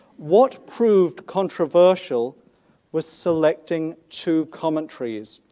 what proved controversial was selecting two commentaries.